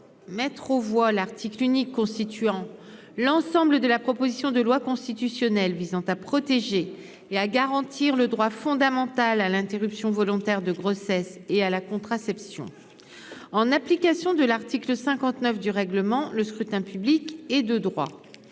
mettre aux voix l'article unique constituant l'ensemble de la proposition de loi constitutionnelle visant à protéger et à garantir le droit fondamental à l'interruption volontaire de grossesse et à la contraception, en application de l'article 59 du règlement, le scrutin public et de droit,